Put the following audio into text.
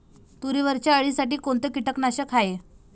तुरीवरच्या अळीसाठी कोनतं कीटकनाशक हाये?